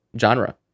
genre